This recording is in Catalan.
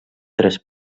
tres